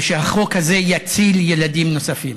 ושהחוק הזה יציל ילדים נוספים.